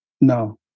No